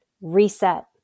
reset